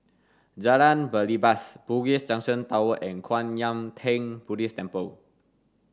Jalan Belibas Bugis Junction Towers and Kwan Yam Theng Buddhist Temple